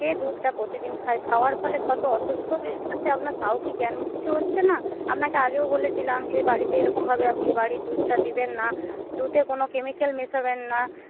সে দুধটা প্রতিদিন খায় খাওয়ার ফলে কত অসুস্থ হয়ে পড়ছে আপনার তাও কি জ্ঞান কিছু হচ্ছে না আপনাকে আগেও বলেছিলাম যে বাড়িতে এরকমভাবে আপনি বাড়ির দুধটা দেবেন না দুধে কোনো কেমিক্যাল মেশাবেন না